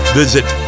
visit